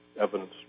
evidence